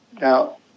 now